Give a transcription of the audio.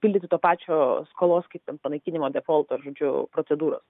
pildyti to pačio skolos kaip ten panaikinimo defolto ar žodžiu procedūros